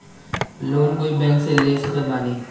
Loan कोई bank से ले सकत बानी?